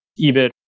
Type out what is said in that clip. eBIT